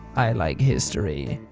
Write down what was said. i like history.